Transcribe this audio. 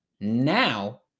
Now